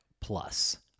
Plus